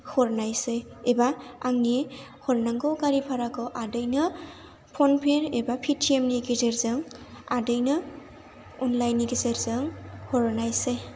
हरनायसै एबा आंनि हरनांगौ गारि भाराखौ आदैनो फ'न पे एबा पेटिएमनि गेजेरजों आदैनो अनलाइननि गेजेरजों हरनायसै